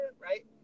right